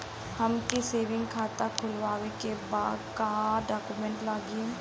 हमके सेविंग खाता खोलवावे के बा का डॉक्यूमेंट लागी?